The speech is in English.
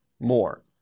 more